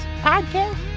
Podcast